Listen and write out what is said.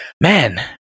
man